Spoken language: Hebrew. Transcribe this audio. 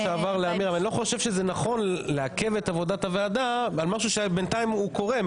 אני לא חושב שזה נכון לעכב את עבודת הוועדה על משהו שבינתיים קורה.